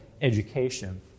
education